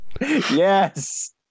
Yes